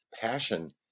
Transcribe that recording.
passion